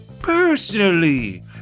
personally